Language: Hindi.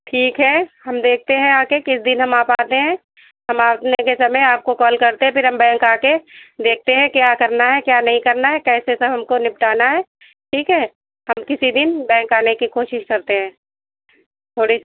ठीक है हम देखते हैं आकर किस दिन हम आ पाते हैं हम आने के समय आपको कॉल करते हैं फिर बैंक आकर देखते हैं क्या करना है क्या नहीं करना है कैसे सब हमको निपटाना है ठीक है हम किसी दिन बैंक आने की कोशिश करते हैं थोड़ी